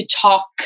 talk